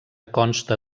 consta